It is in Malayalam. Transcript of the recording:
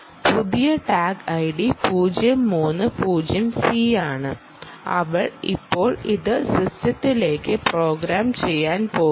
പുതിയ ടാഗ് ഐഡി 0 3 0 C ആണ് അവൾ ഇപ്പോൾ ഇത് സിസ്റ്റത്തിലേക്ക് പ്രോഗ്രാം ചെയ്യാൻ പോകുന്നു